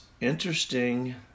interesting